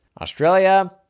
australia